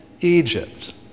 Egypt